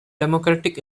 democratic